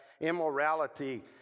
immorality